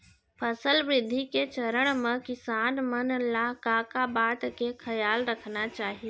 फसल वृद्धि के चरण म किसान मन ला का का बात के खयाल रखना चाही?